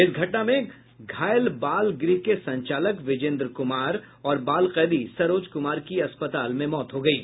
इस घटना में घायल बाल गृह के संचालक विजेन्द्र कुमार और बाल कैदी सरोज कुमार की अस्पताल में मौत हो गयी